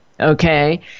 Okay